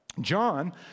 John